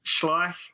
Schleich